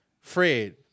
Fred